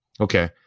Okay